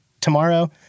Tomorrow